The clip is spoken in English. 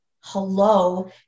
hello